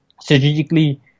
strategically